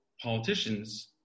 politicians